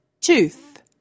tooth